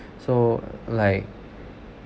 so like